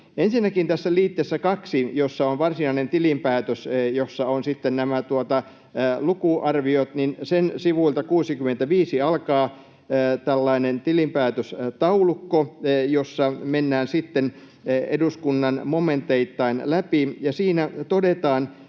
Ensinnäkin tässä liitteessä 2 — jossa on varsinainen tilinpäätös, jossa ovat sitten nämä lukuarviot — sivulta 65 alkaa tällainen tilinpäätöstaulukko, jossa mennään sitten asiat eduskunnan momenteittain läpi. Siitä on